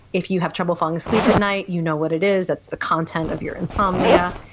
if you have trouble falling asleep at night, you know what it is, that's the content of your insomnia.